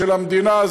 של המדינה,